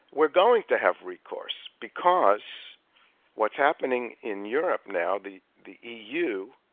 we're going to have recourse because what's happening in europe now, the the eu,